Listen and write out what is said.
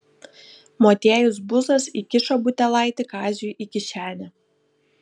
motiejus buzas įkišo butelaitį kaziui į kišenę